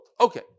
Okay